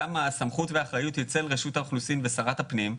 גם הסמכות והאחריות הן אצל רשות האוכלוסין ושרת הפנים,